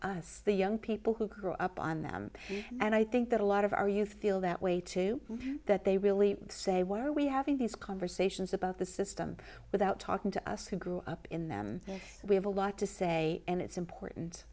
to the young people who grew up on them and i think that a lot of our youth feel that way too that they really say were we having these conversations about the system without talking to us who grew up in them we have a lot to say and it's important